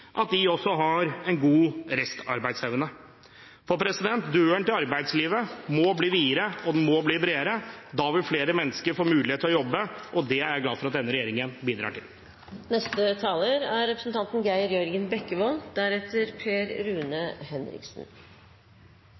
at de har en god restarbeidsevne. Døren inn til arbeidslivet må bli videre og bredere. Da vil flere mennesker få mulighet til å jobbe. Det er jeg glad for at denne regjeringen bidrar til.